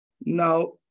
Now